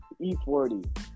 E40